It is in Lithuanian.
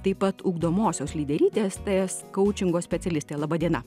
taip pat ugdomosios lyderystės ts kaučingo specialistė laba diena